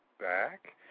back